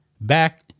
back